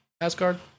Asgard